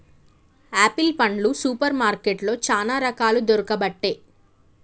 apple పండ్లు super మార్కెట్లో చానా రకాలు దొరుకబట్టె